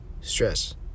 stress